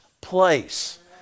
place